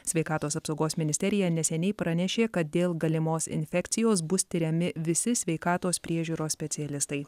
sveikatos apsaugos ministerija neseniai pranešė kad dėl galimos infekcijos bus tiriami visi sveikatos priežiūros specialistai